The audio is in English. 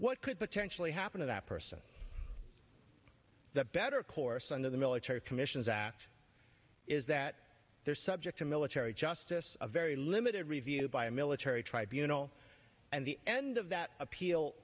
what could potentially happen to that person the better course under the military commissions act is that they're subject to military justice a very limited review by a military tribunal and the end of that appeal